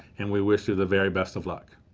and we wish you the very best of luck.